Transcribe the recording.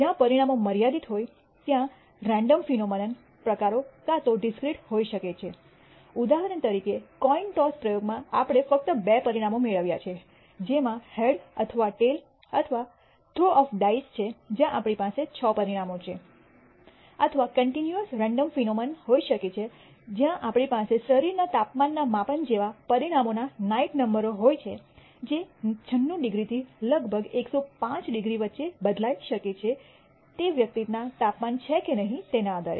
જ્યાં પરિણામો મર્યાદિત હોય ત્યાં રેન્ડમ ફિનોમનન પ્રકારો કાં તો ડિસ્ક્રીટ હોઈ શકે છે ઉદાહરણ તરીકે કોઈન ટોસ પ્રયોગમાં આપણે ફક્ત બે પરિણામો મેળવ્યાં છે જેમાં હેડ અથવા ટેઈલ અથવા થ્રો ઓફ ડાઇસ છે જ્યાં આપણી પાસે 6 પરિણામો છે અથવા કન્ટિન્યૂઅસ રેન્ડમ ફિનોમનન હોઈ શકે છે જ્યાં આપણી પાસે શરીરના તાપમાનના માપન જેવા પરિણામોના નાઈટ નંબર હોય છે જે 96 ડિગ્રીથી લગભગ 105 ડિગ્રી વચ્ચે બદલાઇ શકે છે તે વ્યક્તિ તાપમાન છે કે નહીં તેના આધારે